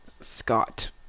scott